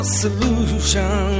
solution